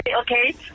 okay